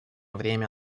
время